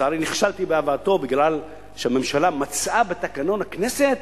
לצערי נכשלתי בהבאתו בגלל שהממשלה מצאה לפי תקנון הכנסת